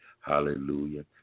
Hallelujah